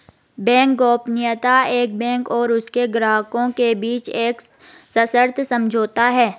bank गोपनीयता एक bank और उसके ग्राहकों के बीच एक सशर्त समझौता है